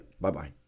Bye-bye